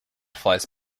flies